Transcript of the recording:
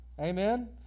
Amen